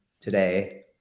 today